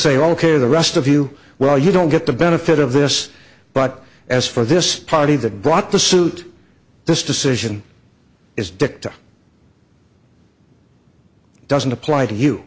say ok the rest of you well you don't get the benefit of this but as for this party that brought the suit this decision is dicta doesn't apply to you